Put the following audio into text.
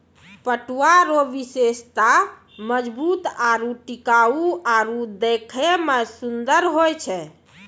पटुआ रो विशेषता मजबूत आरू टिकाउ आरु देखै मे सुन्दर होय छै